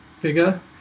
figure